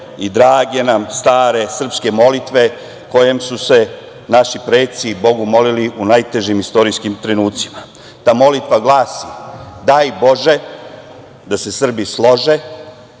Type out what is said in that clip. i drage nam stare srpske molitve kojom su se naši preci Bogu molili u najtežim istorijskim trenucima. Ta molitva glasi – Daj bože da se Srbi slože,